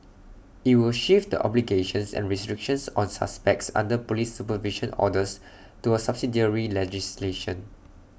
IT will shift the obligations and restrictions on suspects under Police supervision orders to A subsidiary legislation